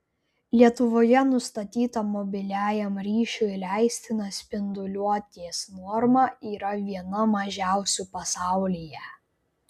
lietuvoje nustatyta mobiliajam ryšiui leistina spinduliuotės norma yra viena mažiausių pasaulyje